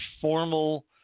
formal